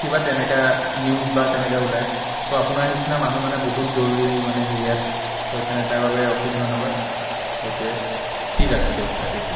কিবা তেনেকা নিউজ বা তেনেকা ওলায় চ' আপোনাৰ নিচিনা মানুহ মানে বহুত জৰুৰী মানে হেৰিয়াত চ' সেইকাৰণে তাৰবাবে অশেষ ধন্যবাদ সেইটোৱেই ঠিক আছে দিয়ক ৰাখিছোঁ